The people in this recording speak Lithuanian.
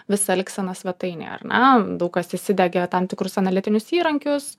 visą elgseną svetainėje ar na daug kas įsidegia tam tikrus analitinius įrankius